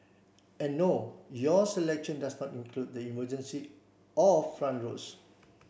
and no your selection does not include the emergency or front rows